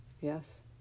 Yes